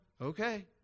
Okay